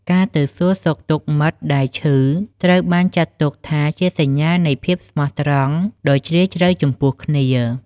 ការទៅសួរសុខទុក្ដមិត្តដែលឈឺត្រូវបានចាត់ទុកថាជាសញ្ញានៃភាពស្មោះត្រង់ដ៏ជ្រាលជ្រៅចំពោះគ្នា។